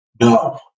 no